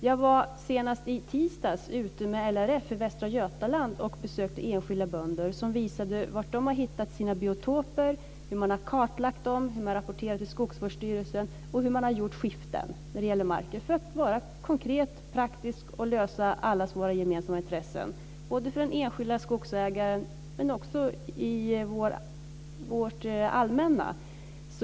Jag var senast i tisdags ute med LRF i Västra Götaland och besökte enskilda bönder som visade var de hade hittat sina biotoper, hur de hade kartlagt dem, hur de hade rapporterat till skogsvårdsstyrelsen och hur de hade gjort skiften när det gäller marken för att vara konkret och praktisk och lösa allas våra gemensamma intressen, både för den enskilde skogsägaren och för vårt allmänna.